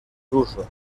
ruso